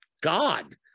God